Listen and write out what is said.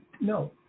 No